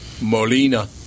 Molina